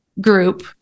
group